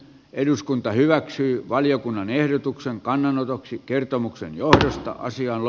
eduskunta hyväksyy valiokunnan ehdotuksen kannanotoksi kertomuksen johdosta ihmisillekin